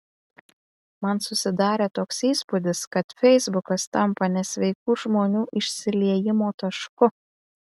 man susidarė toks įspūdis kad feisbukas tampa nesveikų žmonių išsiliejimo tašku